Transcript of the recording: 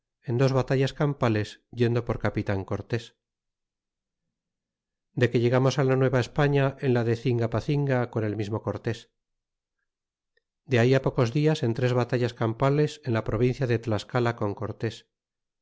en dos batallas campales yendo por capitan cortés de que llegamos la nueva españa en la de cingapacinga con el mismo cortés de ahí pocos dias en tres batallas campales en la provincia de tlascala con cortés